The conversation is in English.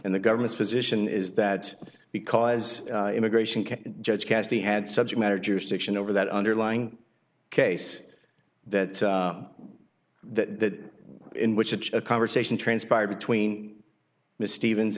and the government's position is that because immigration judge casti had subject matter jurisdiction over that underlying case that that in which a conversation transpired between the stevens